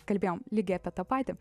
kalbėjom lygiai apie tą patį